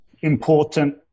important